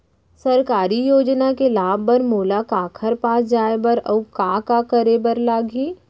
सरकारी योजना के लाभ बर मोला काखर पास जाए बर अऊ का का करे बर लागही?